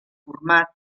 format